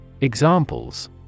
Examples